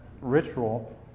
ritual